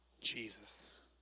Jesus